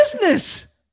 business